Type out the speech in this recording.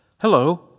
Hello